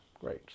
great